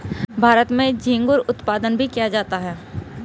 भारत में झींगुर उत्पादन भी किया जाता है